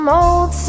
old